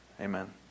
amen